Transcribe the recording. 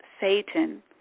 Satan